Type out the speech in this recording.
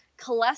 cholesterol